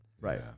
Right